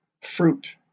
fruit